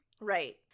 Right